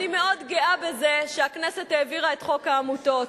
אני מאוד גאה בזה שהכנסת העבירה את חוק העמותות,